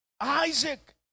Isaac